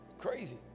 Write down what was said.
Crazy